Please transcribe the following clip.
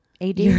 ad